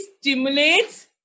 stimulates